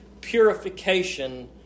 purification